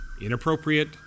inappropriate